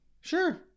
Sure